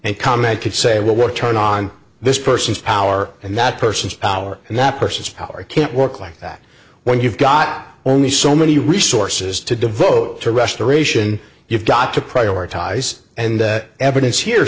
and comment could say what would turn on this person's power and that person's power and that person's power can't work like that when you've got only so many resources to devote to restoration you've got to pry our ties and evidence here